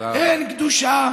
אין קדושה